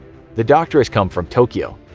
the doctor has come from tokyo.